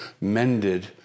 mended